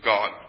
God